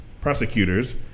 prosecutors